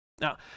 Now